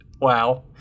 wow